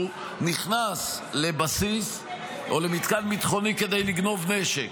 נכנס לבסיס או למתקן ביטחוני כדי לגנוב נשק.